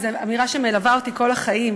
וזו אמירה שמלווה אותי כל החיים,